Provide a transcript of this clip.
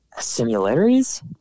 similarities